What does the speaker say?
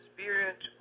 Spirit